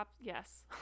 Yes